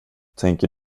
tänker